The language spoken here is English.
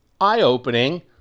eye-opening